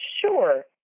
Sure